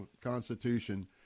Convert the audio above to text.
Constitution